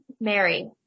Mary